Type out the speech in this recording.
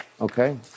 Okay